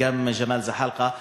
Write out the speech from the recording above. וגם ג'מאל זחאלקה.